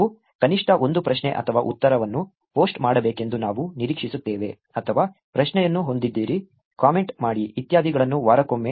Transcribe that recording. ನೀವು ಕನಿಷ್ಟ ಒಂದು ಪ್ರಶ್ನೆ ಅಥವಾ ಉತ್ತರವನ್ನು ಪೋಸ್ಟ್ ಮಾಡಬೇಕೆಂದು ನಾವು ನಿರೀಕ್ಷಿಸುತ್ತೇವೆ ಅಥವಾ ಪ್ರಶ್ನೆಯನ್ನು ಹೊಂದಿದ್ದೀರಿ ಕಾಮೆಂಟ್ ಮಾಡಿ ಇತ್ಯಾದಿಗಳನ್ನು ವಾರಕ್ಕೊಮ್ಮೆ